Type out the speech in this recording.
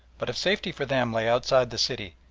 but if safety for them lay outside the city,